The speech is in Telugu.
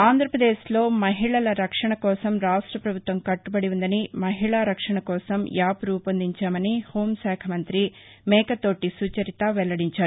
ఆంధ్రప్రదేశ్లో మహిళల రక్షణ కోసం రాష్ట ప్రభుత్వం కట్టుబడి ఉందని మహిళా రక్షణ కోసం యాప్ రూపొందించామని హోంశాఖ మంతి మేకతోటి సుచరిత వెల్లడించారు